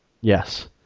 yes